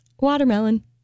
Watermelon